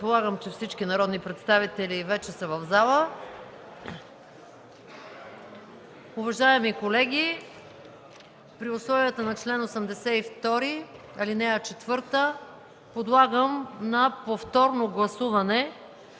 Предполагам, че вече всички народни представители са в залата. Уважаеми колеги, при условията на чл. 82, ал. 4, подлагам на повторно гласуване